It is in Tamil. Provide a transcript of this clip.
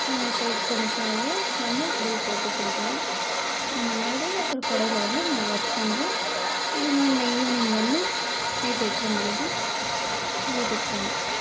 அவங்க செலக்ட் பண்ண ஸாரியை வந்து பில் போட்டு கொடுக்கணும் அந்த மாதிரி ஒரு கடையில் வந்து நான் ஒர்க் பண்ணுறேன் அதுமாதிரி நான் ஈவ்னிங் வந்து நைட் எட்றை மணிக்கு வீட்டுக்கு போகணும்